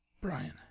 Brian